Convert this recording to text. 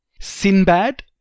Sinbad